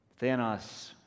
Thanos